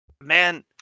man